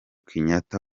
kenyatta